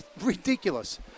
ridiculous